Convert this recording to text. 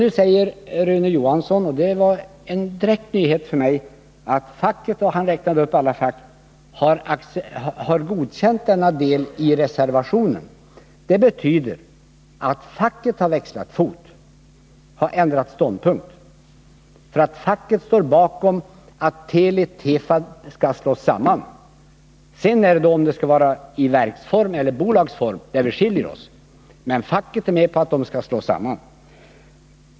Nu säger Rune Johansson, vilket var en direkt nyhet för mig, att facket — och han räknar upp alla de fackliga organisationerna — har godkänt denna del i reservationen. Det betyder att facket har växlat fot, man har ändrat ståndpunkt, för facket står bakom förslaget att Teli och Tefab skall slås samman. I frågan om rörelsen skall drivas i verksform eller bolagsform har vi skilda uppfattningar, men facket är med på att bolagen skall slås samman.